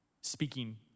speaking